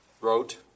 wrote